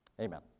amen